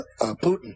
Putin